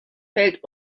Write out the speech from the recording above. fällt